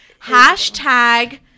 Hashtag